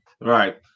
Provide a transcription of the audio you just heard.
Right